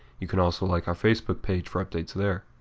you can also like our facebook page for updates there.